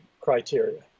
criteria